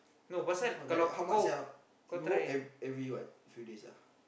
two point four like that how much sia you work ev~ every what few days ah